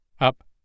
Up